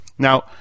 Now